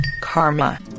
Karma